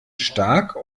stark